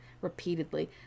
repeatedly